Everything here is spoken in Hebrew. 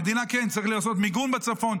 כן, צריך לעשות מיגון בצפון.